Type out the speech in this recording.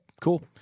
cool